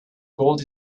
gold